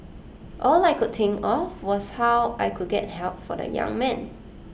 all I could think of was how I could get help for the young man